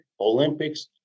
Olympics